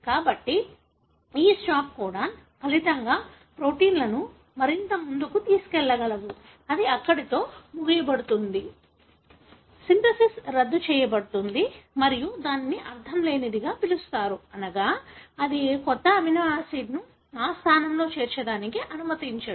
కాబట్టి ఈ stop codon ఫలితంగా ప్రోటీన్లు మరింత ముందుకు వెళ్లవు అది అక్కడ ముగించబడుతుంది సింథసిస్ రద్దు చేయబడుతుంది మరియు దానిని అర్ధంలేనిది అని పిలుస్తారు అనగా అది ఏ కొత్త అమినోఆసిడ్ను ఆ స్థానంలో చేర్చడానికి అనుమతించదు